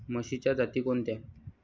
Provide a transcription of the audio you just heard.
म्हशीच्या जाती कोणत्या?